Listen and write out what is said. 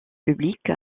public